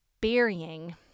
burying